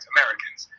Americans